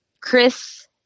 Chris